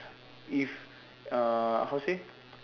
if uh how to say